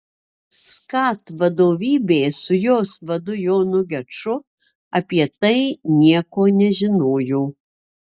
skat vadovybė su jos vadu jonu geču apie tai nieko nežinojo